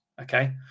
Okay